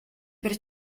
per